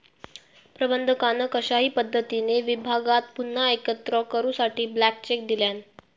प्रबंधकान कशाही पद्धतीने विभागाक पुन्हा एकत्र करूसाठी ब्लँक चेक दिल्यान